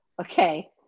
Okay